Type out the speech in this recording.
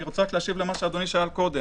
אני רוצה לענות למה שאדוני שאל קודם.